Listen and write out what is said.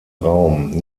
raum